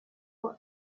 for